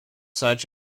such